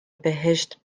بهشت